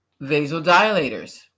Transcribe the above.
Vasodilators